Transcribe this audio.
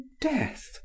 death